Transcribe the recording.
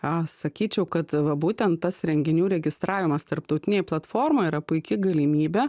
a sakyčiau kad va būtent tas renginių registravimas tarptautinėj platformoj yra puiki galimybė